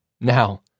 Now